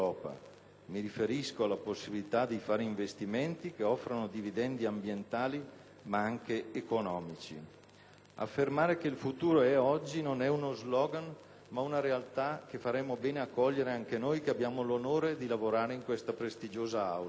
Mi riferisco alla possibilità di fare investimenti che offrano dividendi ambientali, ma anche economici. Affermare che il futuro è oggi non è uno slogan, ma una realtà che faremmo bene a cogliere anche noi che abbiamo lavorare in questa prestigiosa Aula.